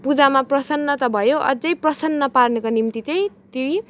पुजामा प्रसन्न त भयो अझै प्रसन्न पार्नको निम्ति चाहिँ ती